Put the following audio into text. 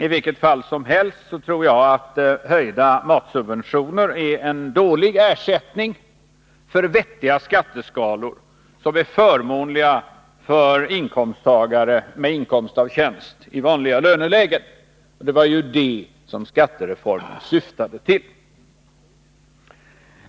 I vilket fall som helst tror jag att höjda matsubventioner är en dålig ersättning för vettiga skatteskalor, som är förmånligare för inkomsttagare med inkomst av tjänst i vanliga lönelägen. Det var ju det som skattereformen syftade till.